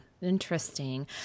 Interesting